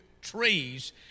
trees